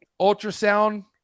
ultrasound